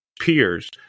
peers